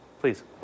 Please